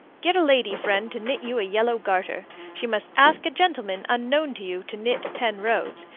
get a lady friend to knit you a yellow garter. she must ask a gentleman unknown to you to knit ten rows.